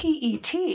PET